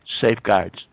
safeguards